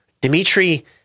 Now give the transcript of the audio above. Dmitry